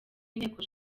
inteko